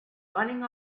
running